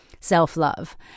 self-love